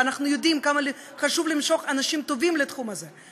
ואנחנו יודעים כמה חשוב למשוך אנשים טובים לתחום הזה.